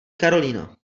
karolína